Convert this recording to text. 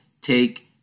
take